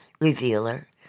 Revealer